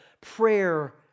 prayer